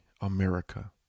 America